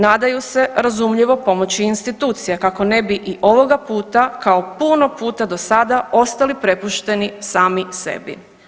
Nadaju se razumljivo pomoći institucija kako ne bi i ovoga puta kao puno puta dosada ostali prepušteni sami sebi.